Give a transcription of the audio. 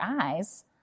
eyes